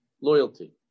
loyalty